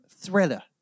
thriller